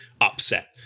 upset